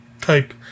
type